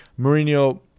Mourinho